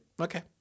Okay